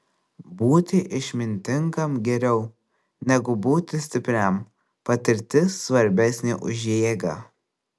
būti išmintingam geriau negu būti stipriam patirtis svarbesnė už jėgą